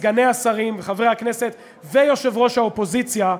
סגני השרים וחברי הכנסת ויושב-ראש האופוזיציה,